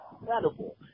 incredible